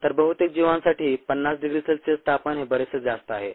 तर बहुतेक जीवांसाठी 50 डिग्री सेल्सिअस तापमान हे बरेचसे जास्त आहे